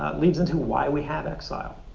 leads into why we have exile.